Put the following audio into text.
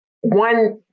one